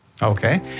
Okay